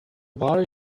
bar